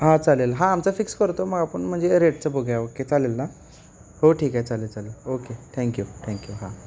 हां चालेल हां आमचं फिक्स करतो मग आपण म्हणजे रेटचं बघूया ओके चालेल ना हो ठीक आहे चालेल चालेल ओके थँक्यू थँक्यू हां